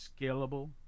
scalable